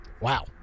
Wow